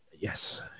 yes